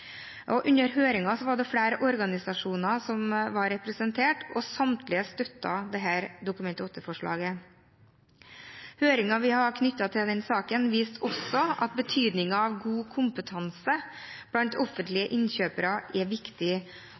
behandlingen. Under høringen var det flere organisasjoner som var representert, og samtlige støttet dette Dokument 8-forslaget. Høringen vi hadde knyttet til den saken, viste også at betydningen av god kompetanse blant offentlige innkjøpere er viktig,